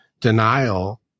Denial